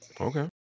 Okay